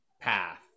path